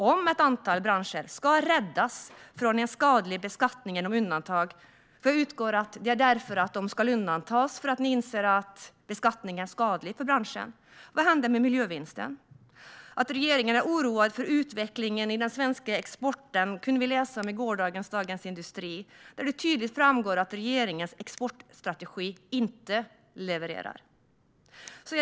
Om ett antal branscher ska räddas från en skadlig beskattning genom undantag - för jag utgår från att det är därför de ska undantas, det vill säga för att ni inser att beskattning är skadlig för branschen - vad händer då med miljövinsten? Regeringen är oroad för utvecklingen i den svenska exporten; det kunde vi läsa om i gårdagens Dagens Industri. Där framgår tydligt att regeringens exportstrategi inte levererar.